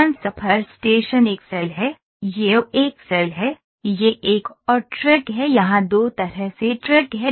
transfer station एक cell है यह ओ 1 सेल है यह एक और ट्रैक है यहां दो तरह से ट्रैक है